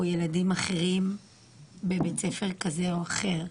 או ילדים אחרים בבית ספר כזה, או אחר.